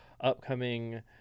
upcoming